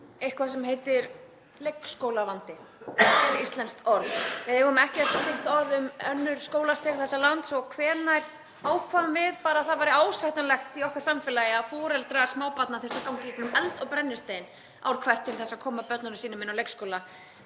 eitthvað sem heitir leikskólavandi, séríslenskt orð. Við eigum ekkert slíkt orð um önnur skólastig þessa lands. Hvenær ákváðum við bara að það væri ásættanlegt í okkar samfélagi að foreldrar smábarna þyrftu að ganga í gegnum eld og brennistein ár hvert til að koma börnum sínum inn á leikskóla?